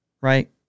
Right